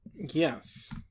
Yes